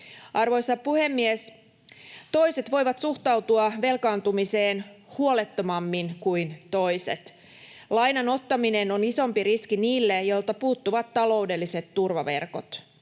Arvoisa puhemies! Toiset voivat suhtautua velkaantumiseen huolettomammin kuin toiset. Lainan ottaminen on isompi riski niille, joilta puuttuvat taloudelliset turvaverkot.